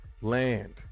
land